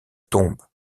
tombe